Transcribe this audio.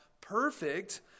perfect